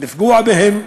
לפגוע בהן.